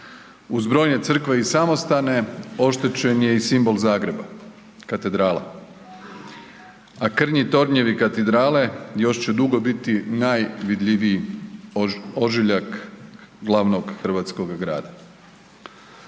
Uz brojne crkve i samostane oštećen je i simbol Zagreba, katedrala, a krnji tornjevi katedrale još će dugo biti najvidljiviji ožiljak glavnog hrvatskog grada.